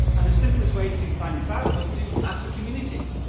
and the simplest way to find this out was to ask the community.